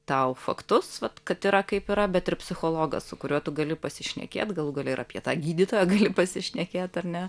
tau faktus kad yra kaip yra bet ir psichologas su kuriuo tu gali pasišnekėt galų gale ir apie tą gydytoją gali pasišnekėt ar ne